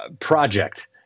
Project